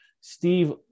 Steve